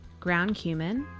ground cumin